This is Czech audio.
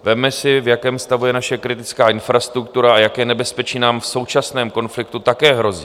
Vezměme si, v jakém stavu je naše kritická infrastruktura a jaké nebezpečí nám v současném konfliktu také hrozí.